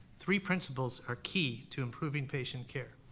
three principles are key to improving patient care.